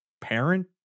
parent